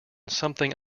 something